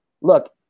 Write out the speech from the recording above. look